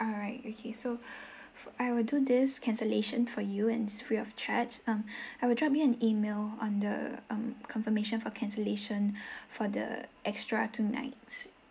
alright okay so I will do this cancellation for you and it's free of charge um I will drop you an email on the um confirmation for cancellation for the extra two nights